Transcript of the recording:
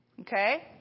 okay